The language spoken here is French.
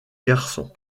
garçon